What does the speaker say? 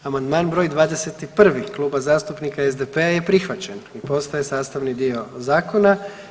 Amandman br. 21 Klub zastupnika SDP-a je prihvaćen i postaje sastavni dio zakona.